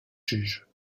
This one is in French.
juges